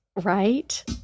Right